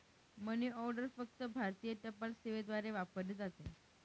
मनी order फक्त भारतीय टपाल सेवेद्वारे वापरली जाते